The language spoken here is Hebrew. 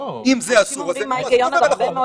אם זה אסור אז אני עובר על החוק.